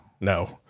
No